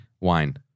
wine